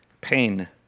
pain